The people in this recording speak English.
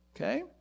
Okay